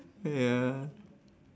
ya